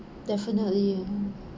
definitely ya